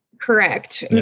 Correct